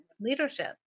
leadership